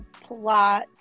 plot